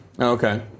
Okay